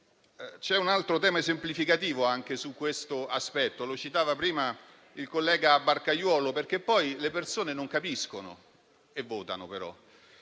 C'è un altro tema esemplificativo anche su questo aspetto e lo citava prima il collega Barcaiuolo, perché poi le persone non capiscono, però votano.